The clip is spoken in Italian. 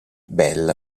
bell